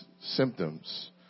symptoms